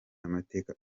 amateka